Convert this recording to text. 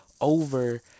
over